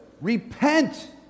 Repent